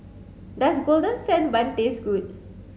does golden sand bun taste good